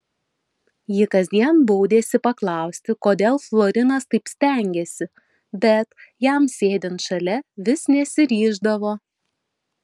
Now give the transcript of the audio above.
ji kasdien baudėsi paklausti kodėl florinas taip stengiasi bet jam sėdint šalia vis nesiryždavo